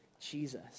Jesus